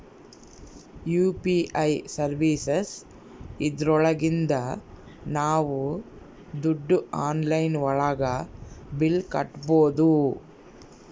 UPI services ಇದ್ರೊಳಗಿಂದ ನಾವ್ ದುಡ್ಡು ಆನ್ಲೈನ್ ಒಳಗ ಬಿಲ್ ಕಟ್ಬೋದೂ